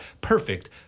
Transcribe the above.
Perfect